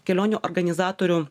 kelionių organizatorių